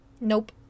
Nope